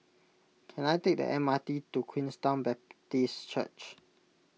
can I take the M R T to Queenstown Baptist Church